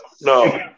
No